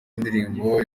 indirimbo